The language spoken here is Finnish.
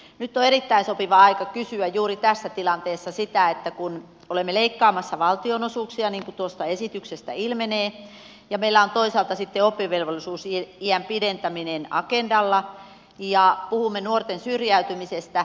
nyt on erittäin sopiva aika kysyä juuri tässä tilanteessa kun olemme leikkaamassa valtionosuuksia niin kuin tuosta esityksestä ilmenee ja meillä on toisaalta sitten oppivelvollisuusiän pidentäminen agendalla ja puhumme nuorten syrjäytymisestä